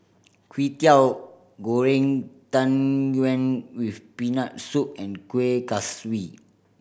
Kwetiau Goreng Tang Yuen with Peanut Soup and Kuih Kaswi